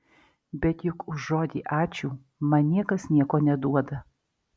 bet juk už žodį ačiū man niekas nieko neduoda